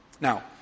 Now